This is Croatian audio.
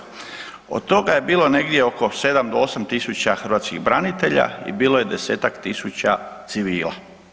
Od toga je bilo negdje oko 7 do 8.000 hrvatskih branitelja i bilo je 10-ak tisuća civila.